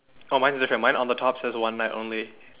oh mine's different mine on the top says one night only